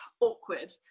awkward